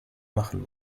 machen